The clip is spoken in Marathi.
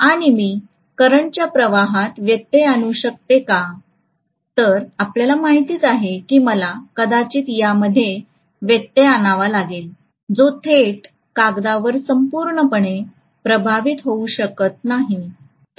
आणि मी करंटच्या प्रवाहात व्यत्यय आणू शकते का तर आपल्याला माहित आहे की मला कदाचित त्यामध्ये व्यत्यय आणावा लागेल जो थेट कागदावर संपूर्णपणे प्रवाहित होऊ शकत नाही